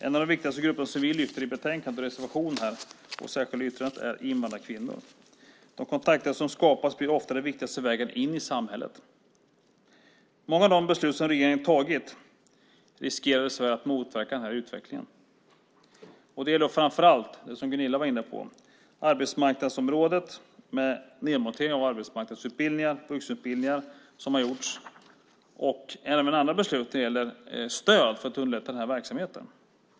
En av de viktigaste grupper som vi lyfter fram i reservationen och det särskilda yttrandet är invandrarkvinnor. De kontaktnät som skapas blir ofta den viktigaste vägen in i samhället. Många av de beslut som regeringen tagit riskerar dessvärre att motverka den här utvecklingen. Det gäller framför allt, som Gunilla var inne på, arbetsmarknadsområdet med de nedmonteringar av arbetsmarknads och vuxenutbildningarna som har gjorts och även andra beslut angående stöd för att underlätta den här verksamheten.